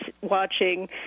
watching